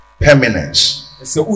Permanence